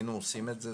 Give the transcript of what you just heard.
היינו עושים את זה,